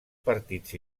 partits